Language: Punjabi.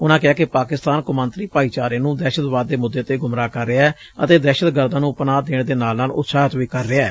ਉਨੂਂ ਕਿਹੈ ਕਿ ਪਾਕਿਸਤਾਨ ਕੋਮਾਂਤਰੀ ਭਾਈਚਾਰੇ ਨੂੰ ਦਹਿਸਤਵਾਦ ਦੇ ਮੁੱਦੇ ਤੇ ਗੁੰਮਰਾਹ ਕਰ ਰਿਹੈ ਅਤੇ ਦਹਿਸਤਗਰਦਾ ਨੂੰ ਪਨਾਹ ਦੇਣ ਦੇ ਨਾਲ ਨਾਲ ਉਤਸ਼ਾਹਿਤ ਵੀ ਕਰ ਰਿਹੈ